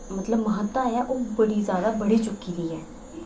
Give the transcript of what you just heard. म्हत्ता ऐ ओह् बड़ी ज्यादा बड़ी चुकी दी ऐ